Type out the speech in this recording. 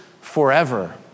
forever